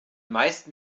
meisten